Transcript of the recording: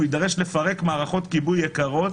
הוא יידרש לפרק מערכות כיבוי יקרות,